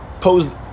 posed